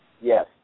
Yes